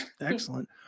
Excellent